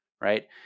right